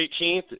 18th